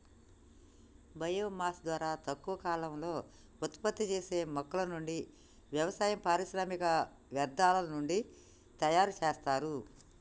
bio mass ద్వారా తక్కువ కాలంలో ఉత్పత్తి చేసే మొక్కల నుండి, వ్యవసాయ, పారిశ్రామిక వ్యర్థాల నుండి తయరు చేస్తారు